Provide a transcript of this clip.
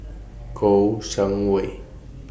Kouo Shang Wei